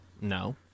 No